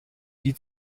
die